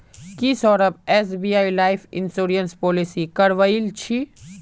की Saurabh SBI life insurance policy करवइल छि